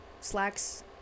slacks